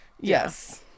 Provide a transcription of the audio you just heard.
Yes